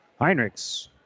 Heinrichs